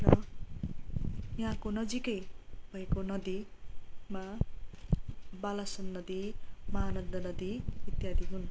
यहाँको नजिकै भएको नदीमा बालासन नदी महानन्द नदी इत्यादि हुन्